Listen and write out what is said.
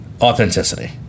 authenticity